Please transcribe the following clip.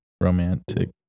Romantic